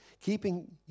Keeping